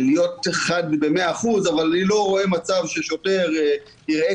להיות חד במאה אחוזים אבל אני לא רואה מצב ששוטר יראה